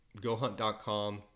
GoHunt.com